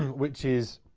which is,